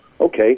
okay